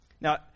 Now